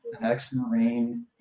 ex-Marine